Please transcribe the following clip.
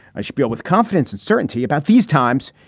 i shpiel with confidence and certainty about these times,